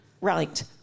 Right